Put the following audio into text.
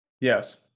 Yes